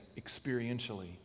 experientially